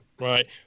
right